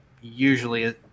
Usually